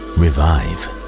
revive